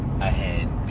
ahead